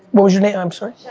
was your name, i'm sorry.